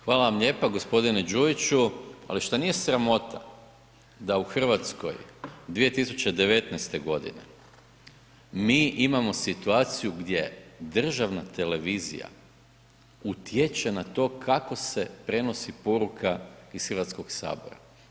Hvala vam lijepo, gospodine Đujiću, ali šta nije sramota, da u Hrvatskoj, 2019.g. mi imamo situaciju gdje državna televizija utječe na to, kako se prenosi poruka iz Hrvatskog sabora.